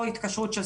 או התקשרות של